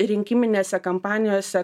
rinkiminėse kampanijose